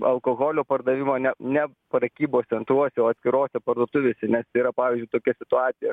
alkoholio pardavimo ne ne prekybos centruose o atskirose parduotuvėse nes yra pavyzdžiui tokia situacija